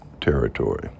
territory